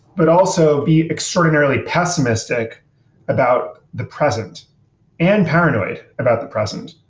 but also be extraordinarily pessimistic about the present and paranoid about the present.